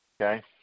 okay